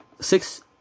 Six